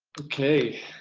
ok.